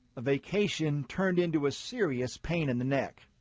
a vacation turned into a serious pain in the neck.